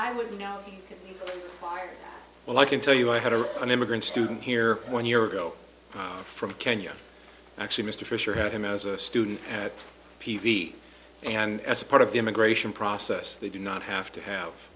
i would know well i can tell you i had or an immigrant student here one year ago from kenya actually mr fischer had him as a student at p v and as a part of the immigration process they do not have to have